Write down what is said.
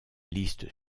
liste